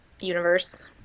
universe